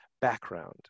background